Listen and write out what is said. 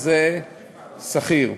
זה סחיר.